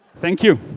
thank you.